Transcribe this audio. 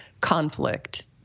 conflict